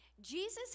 Jesus